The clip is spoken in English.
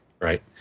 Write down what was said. Right